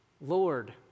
Lord